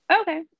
Okay